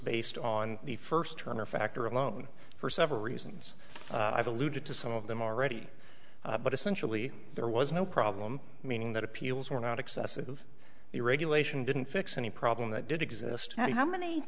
based on the first turn or factor alone for several reasons i've alluded to some of them already but essentially there was no problem meaning that appeals were not excessive the regulation didn't fix any problem that did exist how many